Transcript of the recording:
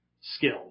skill